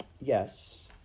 Yes